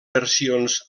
versions